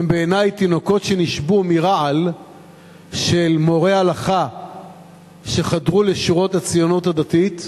הם בעיני תינוקות שנשבו מרעל של מורי הלכה שחדרו לשורות הציונות הדתית.